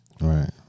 right